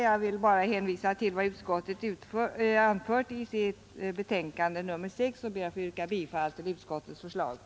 Jag vill hänvisa till vad justitieutskottet har anfört i sitt betänkande nr 6 och ber att få yrka bifall till utskottets hemställan.